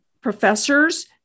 professors